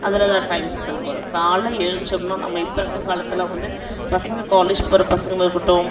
அதிலேதான் time spend பண்ணுவாரு காலைல என்ச்சோம்னா நம்ம இப்போ இருக்கற காலத்தில் வந்து பசங்கள் காலேஜ் போகிற பசங்களாக இருக்கட்டும்